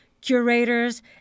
curators